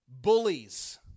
bullies